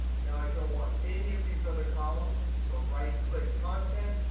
now, i don't want any of these other columns, so right click content,